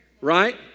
right